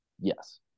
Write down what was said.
Yes